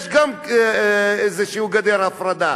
יש גם איזו גדר הפרדה.